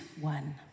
one